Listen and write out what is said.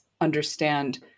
understand